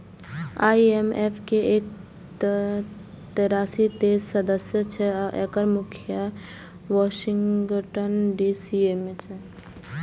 IMF के एक सय तेरासी देश सदस्य छै आ एकर मुख्यालय वाशिंगटन डी.सी मे छै